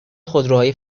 خودروهای